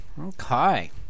Okay